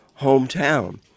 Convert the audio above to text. hometown